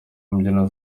mbyino